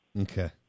Okay